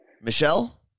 michelle